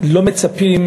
לא מצפים